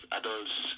adults